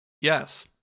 Yes